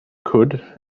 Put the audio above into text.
could